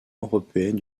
européenne